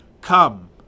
Come